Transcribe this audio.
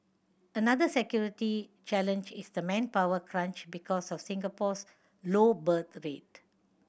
another security challenge is the manpower crunch because of Singapore's low birth rate